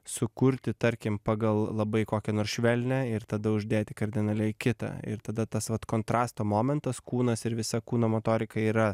sukurti tarkim pagal labai kokią nors švelnią ir tada uždėti kardinaliai kitą ir tada tas vat kontrasto momentas kūnas ir visa kūno motorika yra